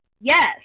yes